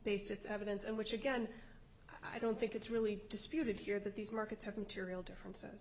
based it's evidence and which again i don't think it's really disputed here that these markets have material differences